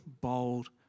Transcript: bold